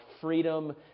freedom